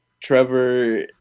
trevor